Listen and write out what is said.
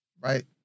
Right